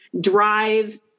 drive